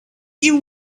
you